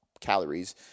calories